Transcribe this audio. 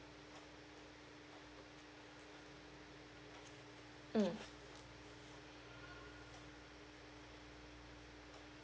mm